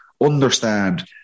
understand